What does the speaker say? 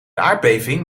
aardbeving